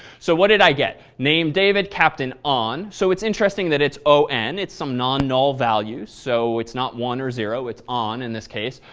so what did i get? name david, captain on. so it's interesting that it's o n, it's some non-null value, so it's not one or zero. it's on in this case.